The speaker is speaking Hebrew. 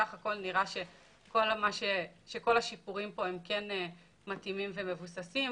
סך הכול נראה שכל השיפורים פה כן מתאימים ומבוססים.